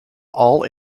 all